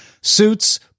suits